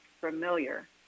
familiar